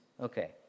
Okay